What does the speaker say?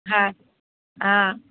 হয় অঁ